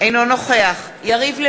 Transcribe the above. אינו נוכח יריב לוין,